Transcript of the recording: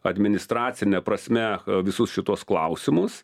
administracine prasme visus šituos klausimus